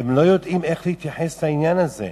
והם לא יודעים איך להתייחס לעניין הזה,